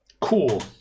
Cool